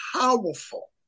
powerful